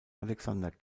alexander